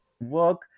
work